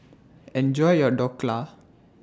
Enjoy your Dhokla